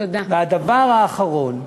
הדבר האחרון,